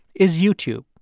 is youtube.